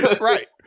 Right